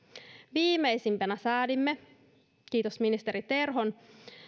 viimeisimpänä säädimme kiitos ministeri terhon